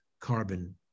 carbon